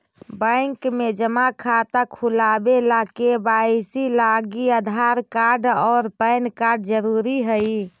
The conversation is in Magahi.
बैंक में जमा खाता खुलावे ला के.वाइ.सी लागी आधार कार्ड और पैन कार्ड ज़रूरी हई